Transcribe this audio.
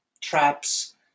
traps